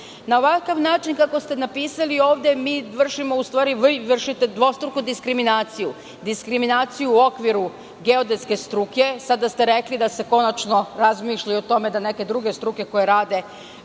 Na ovakav način kako ste ovde napisali, mi vršimo, u stvari vi vršite dvostruku diskriminaciju. Diskriminaciju u okviru geodetske struke, sada ste rekli da se konačno razmišlja i o tome da neke druge struke koje rade